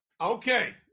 Okay